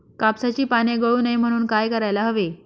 कापसाची पाने गळू नये म्हणून काय करायला हवे?